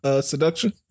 Seduction